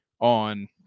on